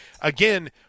again